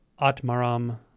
Atmaram